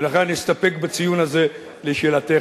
ולכן אני אסתפק בציון הזה לשאלתך.